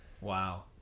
wow